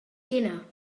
dinner